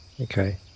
Okay